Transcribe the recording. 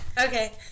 Okay